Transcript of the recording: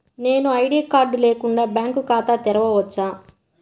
నేను ID card లేకుండా bank ఖాతా తెరవచ్చా?